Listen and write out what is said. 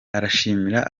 arashimira